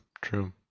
true